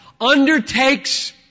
undertakes